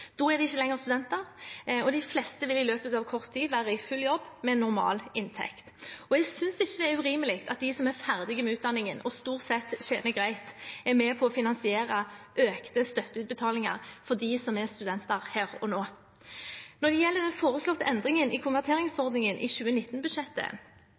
Da er de ikke lenger studenter, og de fleste vil i løpet av kort tid være i full jobb med normal inntekt. Jeg synes ikke det er urimelig at de som er ferdige med utdanningen og stort sett tjener greit, er med på å finansiere økte støtteutbetalinger for dem som er studenter her og nå. Når det gjelder den foreslåtte endringen i